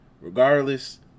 Regardless